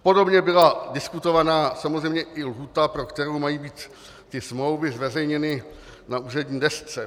Podobně byla diskutována samozřejmě i lhůta, pro kterou mají být smlouvy zveřejněny na úřední desce.